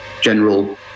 general